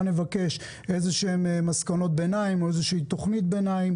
נבקש מסקנות ביניים או תוכנית ביניים,